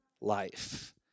life